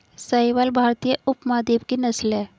साहीवाल भारतीय उपमहाद्वीप की नस्ल है